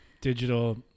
digital